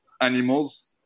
animals